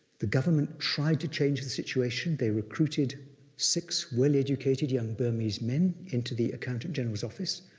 the government tried to change the situation. they recruited six well-educated young burmese men into the accountant general's office.